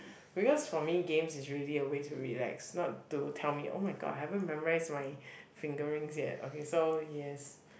because for me games is really a way to relax not to tell me oh-my-god I haven't memorise my fingerings yet okay so yes